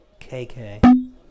KK